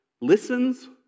listens